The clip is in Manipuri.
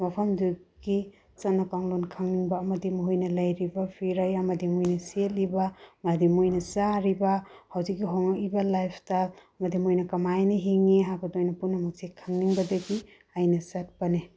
ꯃꯐꯝꯗꯨꯒꯤ ꯆꯠꯅ ꯀꯥꯡꯂꯣꯟ ꯈꯪꯅꯤꯡꯕ ꯑꯃꯗꯤ ꯃꯈꯣꯏꯅ ꯂꯩꯔꯤꯕ ꯐꯤꯔꯩ ꯑꯃꯗꯤ ꯃꯣꯏꯅ ꯁꯦꯠꯂꯤꯕ ꯍꯥꯏꯗꯤ ꯃꯣꯏꯅ ꯆꯥꯔꯤꯕ ꯍꯧꯖꯤꯛꯀꯤ ꯍꯣꯡꯉꯛꯏꯕ ꯂꯥꯏꯐ ꯁ꯭ꯇꯥꯏꯜ ꯑꯃꯗꯤ ꯃꯣꯏꯅ ꯀꯃꯥꯏꯅ ꯍꯤꯡꯏ ꯍꯥꯏꯕꯗꯨ ꯑꯩꯅ ꯄꯨꯝꯅꯃꯛꯁꯦ ꯈꯪꯅꯤꯡꯕꯗꯒꯤ ꯑꯩꯅ ꯆꯠꯄꯅꯦ